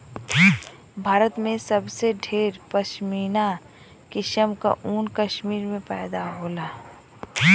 भारत में सबसे ढेर पश्मीना किसम क ऊन कश्मीर में पैदा होला